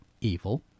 evil